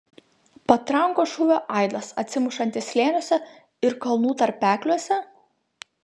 patrankos šūvio aidas atsimušantis slėniuose ir kalnų tarpekliuose